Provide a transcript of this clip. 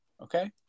Okay